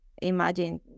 Imagine